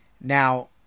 Now